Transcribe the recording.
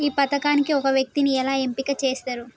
ఈ పథకానికి ఒక వ్యక్తిని ఎలా ఎంపిక చేస్తారు?